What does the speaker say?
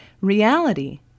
Reality